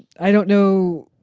i don't know.